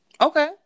Okay